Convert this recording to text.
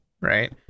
right